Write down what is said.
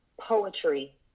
poetry